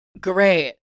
Great